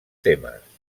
temes